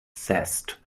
zest